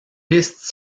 pistes